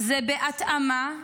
זה בהתאמה,